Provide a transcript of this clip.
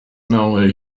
know